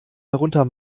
darunter